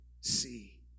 see